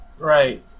Right